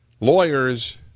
lawyers